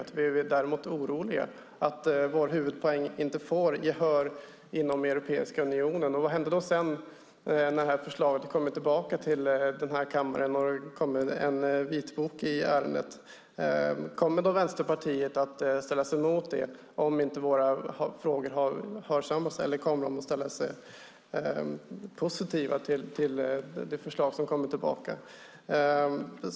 Vi är däremot oroliga att vår huvudpoäng inte får gehör inom Europeiska unionen. Vad händer sedan när förslaget kommer tillbaka till den här kammaren och det kommer en vitbok i ärendet? Kommer Vänsterpartiet då att ställa sig emot det om inte våra frågor har hörsammats, eller kommer de att ställa sig positiva till det förslag som kommer tillbaka?